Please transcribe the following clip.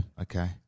Okay